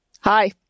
Hi